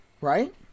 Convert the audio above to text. right